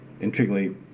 intriguingly